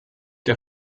der